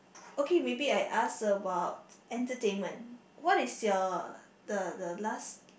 okay maybe I ask about entertainment what is your the the last